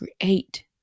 create